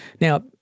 Now